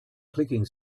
clicking